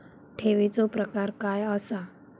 ठेवीचो प्रकार काय असा?